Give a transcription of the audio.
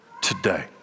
Today